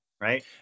Right